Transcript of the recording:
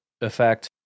effect